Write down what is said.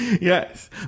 Yes